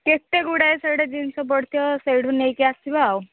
କେତେ ଗୁଡ଼ାଏ ସେଠି ଜିନିଷ ପଡ଼ିଥିବ ସେଇଠୁ ନେଇକି ଆସିବା ଆଉ